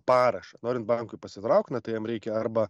parašą norint bankui pasitraukt na tai jam reikia arba